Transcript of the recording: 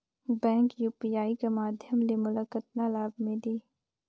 Bank UPI कर माध्यम ले मोला कतना लाभ मिली?